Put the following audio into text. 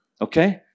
okay